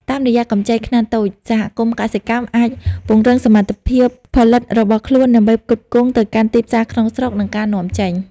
តាមរយៈកម្ចីខ្នាតតូច សហគមន៍កសិកម្មអាចពង្រឹងសមត្ថភាពផលិតរបស់ខ្លួនដើម្បីផ្គត់ផ្គង់ទៅកាន់ទីផ្សារក្នុងស្រុក និងការនាំចេញ។